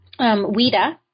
Wida